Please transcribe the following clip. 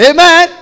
Amen